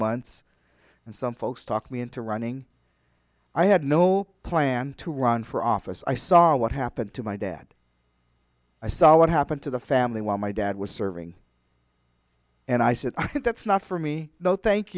months and some folks talked me into running i had no plan to run for office i saw what happened to my dad i saw what happened to the family while my dad was serving and i said that's not for me no thank